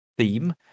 theme